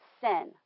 sin